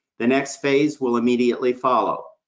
the next phase will immediately follow.